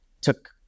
Took